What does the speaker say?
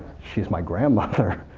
she's my grandmother.